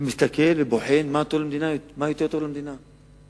ומסתכל ובוחן מה יותר טוב למדינה,